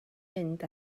mynd